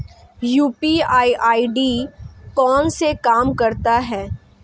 UPI ID कैसे काम करता है?